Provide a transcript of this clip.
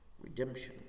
redemption